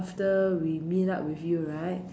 after we meet up with you right